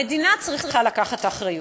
המדינה צריכה לקחת את האחריות.